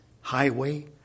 highway